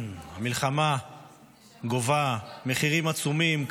המלחמה גובה מחירים עצומים,